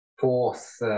fourth